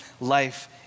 life